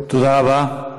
תודה רבה.